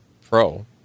Pro